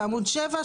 בעמוד 7,